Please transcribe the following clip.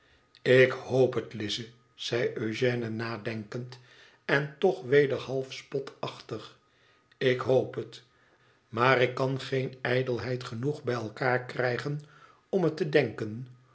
ik hoop het lize zei eugène nadenkend en toch weder half spotachtig ik hoop het maar ik kan geene ijdelheid genoeg bij elkaar krijgen om het te denken